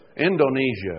Indonesia